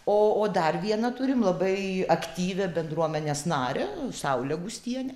o o dar viena turim labai aktyvią bendruomenės narę saulę gustienę